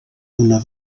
una